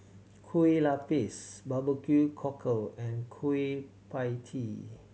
Kueh Lupis barbecue cockle and Kueh Pie Tee